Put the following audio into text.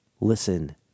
listen